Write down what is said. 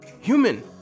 Human